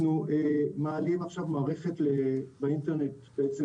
אנחנו מעלים עכשיו באינטרנט מערכת,